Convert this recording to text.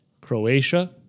Croatia